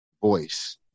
voice